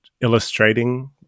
illustrating